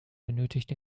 benötigt